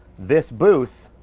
this booth